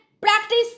practice